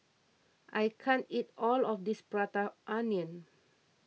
I can't eat all of this Prata Onion